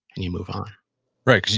and you move on right,